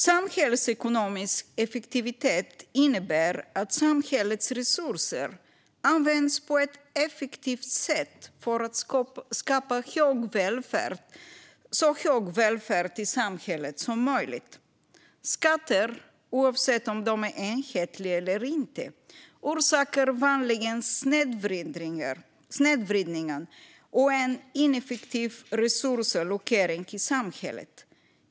Samhällsekonomisk effektivitet innebär att samhällets resurser används på ett effektivt sätt för att skapa så hög välfärd i samhället som möjligt. Skatter, oavsett om de är enhetliga eller inte, orsakar vanligen snedvridningar och en ineffektiv resursallokering i samhället.